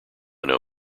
know